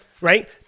right